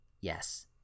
Yes